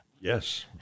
Yes